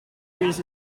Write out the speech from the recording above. trees